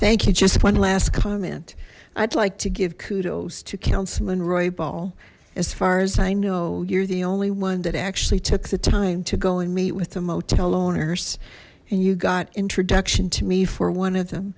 thank you just one last comment i'd like to give kudos to councilman roy ball as far as i know you're the only one that actually took the time to go and meet with the motel owners and you got introduction to me for one of them